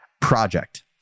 project